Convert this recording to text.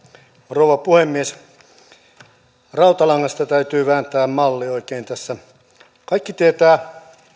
rouva puhemies täytyy vääntää oikein rautalangasta malli tässä kaikki tietävät